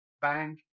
bang